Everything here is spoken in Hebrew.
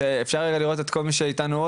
תראה, הייתי רוצה רגע לראות את כל מי שנמצא איתנו.